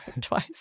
twice